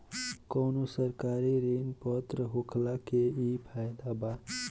कवनो सरकारी ऋण पत्र होखला के इ फायदा बा